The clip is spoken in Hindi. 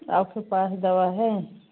आपके पास दवा है